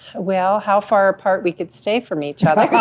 well, how far apart we could stay from each yeah like ah